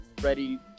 Ready